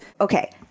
okay